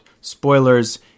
spoilers